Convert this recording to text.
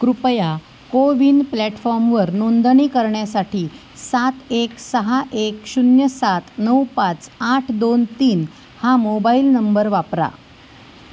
कृपया कोविन प्लॅटफॉर्मवर नोंदणी करण्यासाठी सात एक सहा एक शून्य सात नऊ पाच आठ दोन तीन हा मोबाईल नंबर वापरा